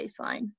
baseline